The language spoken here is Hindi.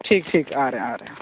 ठीक ठीक आ रहे हैं आ रहे हैं